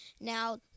Now